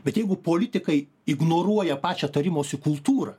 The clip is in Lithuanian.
bet jeigu politikai ignoruoja pačią tarimosi kultūrą